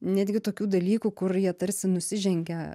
netgi tokių dalykų kur jie tarsi nusižengia